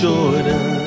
Jordan